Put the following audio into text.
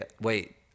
wait